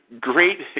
great